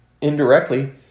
indirectly